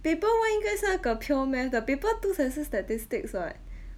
paper 应该是那个 pure math 的 paper two 才是 statistics [what]